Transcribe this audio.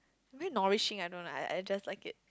very nourishing I don't know I just like it